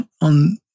on